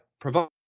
Provide